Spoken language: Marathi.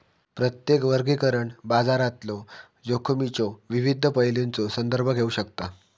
प्रत्येक वर्गीकरण बाजारातलो जोखमीच्यो विविध पैलूंचो संदर्भ घेऊ शकता